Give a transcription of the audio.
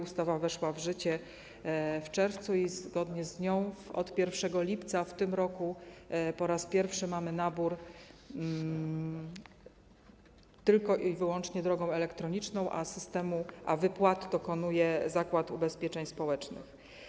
Ustawa weszła w życie w czerwcu i zgodnie z nią od 1 lipca w tym roku po raz pierwszy mamy nabór wyłącznie drogą elektroniczną, a wypłat dokonuje Zakład Ubezpieczeń Społecznych.